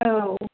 औ